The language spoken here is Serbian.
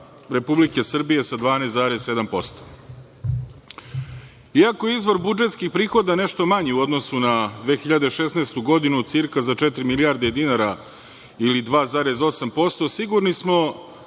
Republike Srbije sa 12,7%.Iako je izvor budžetskih prihoda nešto manji u odnosu na 2016. godinu, cirka za četiri milijarde dinara ili 2,8%, sigurni smo